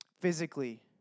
Physically